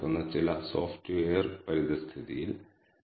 നമുക്ക് ഈ code line by line ആയി ചിത്രീകരിക്കാം